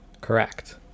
correct